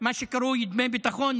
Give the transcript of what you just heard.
מה שקרוי דמי ביטחון?